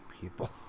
people